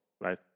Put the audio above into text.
right